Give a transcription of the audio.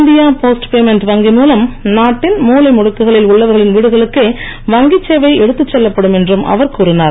India Post payment வங்கி மூலம் நாட்டின் மூலை முடுக்குகளில் உள்ளவர்களின் வீடுகளுக்கே வங்கி சேவை எடுத்துச் செல்லப்படும் என்றும் அவர் கூறினார்